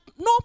no